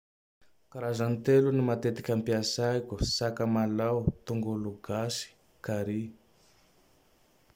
Karazagne telo ny matetiky ampiasaiko: sakamalao, tongolo gasy, curry.